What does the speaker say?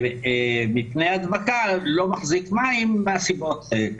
מפני ההדבקה לא מחזיק מים מהסיבות האלה.